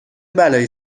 بلایی